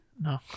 No